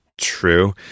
true